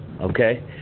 okay